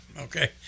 okay